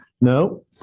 No